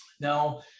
Now